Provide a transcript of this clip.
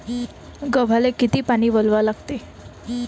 गव्हाले किती पानी वलवा लागते?